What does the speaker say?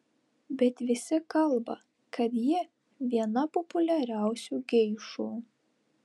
bet visi kalba kad ji viena populiariausių geišų